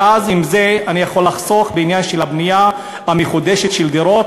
ואז עם זה אני יכול לחסוך בעניין של הבנייה המחודשת של דירות